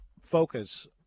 focus